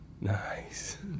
Nice